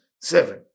seven